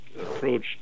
approach